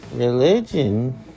Religion